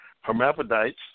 hermaphrodites